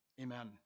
Amen